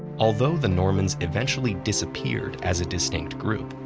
although the normans eventually disappeared as a distinct group,